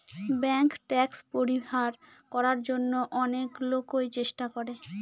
bank tax পরিহার করার জন্য অনেক লোকই চেষ্টা করে